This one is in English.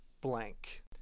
blank